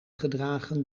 gedragen